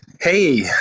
hey